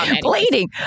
Bleeding